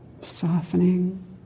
Softening